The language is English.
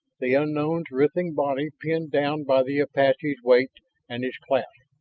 the unknown's writhing body pinned down by the apache's weight and his clasp,